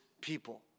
people